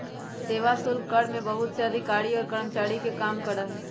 सेवा शुल्क कर में बहुत से अधिकारी और कर्मचारी काम करा हई